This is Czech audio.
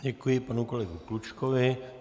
Děkuji panu kolegovi Klučkovi.